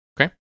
Okay